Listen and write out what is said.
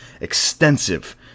extensive